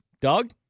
Doug